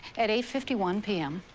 at eight fifty one p m.